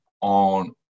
on